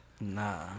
Nah